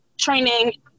training